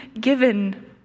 given